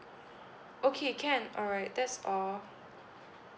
okay can alright that's all